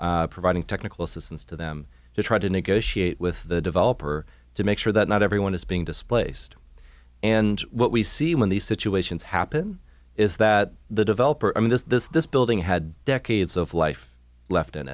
providing technical assistance to them to try to negotiate with the developer to make sure that not everyone is being displaced and what we see when these situations happen is that the developer i mean this this this building had decades of life left in